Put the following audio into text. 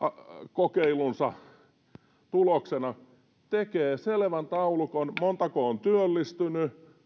kokeilunsa tuloksena tekee selvän taulukon montako on työllistynyt